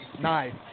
Nice